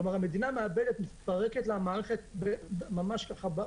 כלומר, המערכת של המדינה מתפרקת לה ממש בידיים.